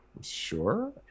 sure